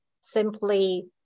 simply